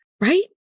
right